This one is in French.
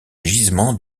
gisement